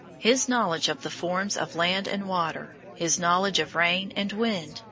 his knowledge of the forms of land and water, his knowledge of rain and wind,